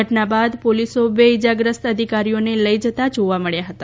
ઘટના બાદ પોલીસો બે ઈજાગ્રસ્ત અધિકારીઓને લઈ જતા જોવા મળ્યા હતા